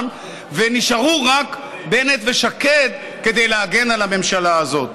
ונשארו רק בנט ושקד כדי להגן על הממשלה הזאת.